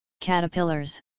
caterpillars